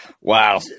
wow